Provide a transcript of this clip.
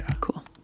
cool